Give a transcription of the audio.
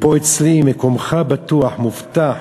ופה אצלי מקומך בטוח, מובטח.